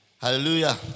Hallelujah